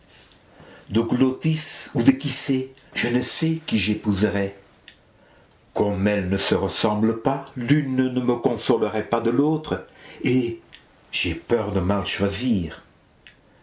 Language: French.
de glôttis ou de kysé je ne sais qui j'épouserai comme elles ne se ressemblent pas l'une ne me consolerait pas de l'autre et j'ai peur de mal choisir